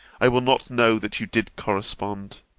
i will not know that you did correspond.